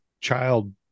child